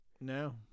No